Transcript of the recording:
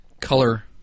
color